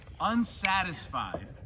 unsatisfied